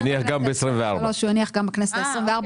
הוא הניח גם בכנסת ה-24.